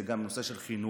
זה גם נושא של חינוך.